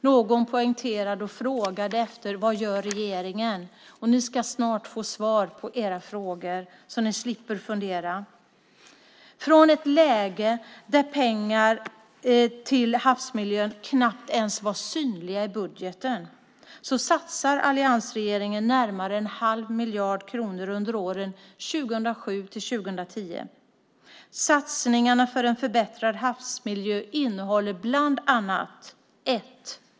Någon frågade vad regeringen gör. Ni ska snart få svar på era frågor så att ni slipper fundera. Från ett läge där pengar till havsmiljön knappt ens var synliga i budgeten satsar nu alliansregeringen närmare en halv miljard kronor under åren 2007-2010. Satsningarna för en förbättrad havsmiljö innehåller bland annat följande.